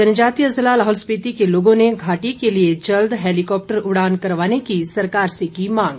जनजातीय ज़िला लाहौल स्पिति के लोगों ने घाटी के लिए जल्द हैलीकॉप्टर उड़ान करवाने की सरकार से की मांग